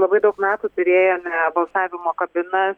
labai daug metų turėjome balsavimo kabinas